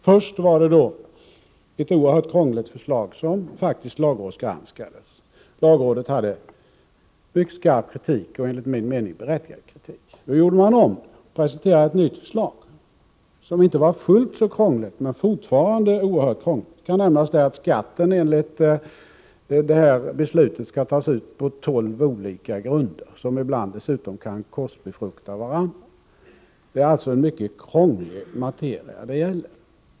Först var det ett oerhört krångligt förslag, som faktiskt lagrådsgranskades. Lagrådet hade mycket skarp kritik att framföra, och det var enligt min mening berättigad kritik. Då gjorde man om förslaget och presenterade ett nytt, som inte var fullt så krångligt — men fortfarande oerhört krångligt. Det kan nämnas att skatten enligt det beslut som fattades skall tas ut på tolv olika grunder, som dessutom kan korsbefrukta varandra. Det är alltså en mycket krånglig materia det gäller.